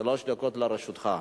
שלוש דקות לרשותך.